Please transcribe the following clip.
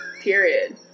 period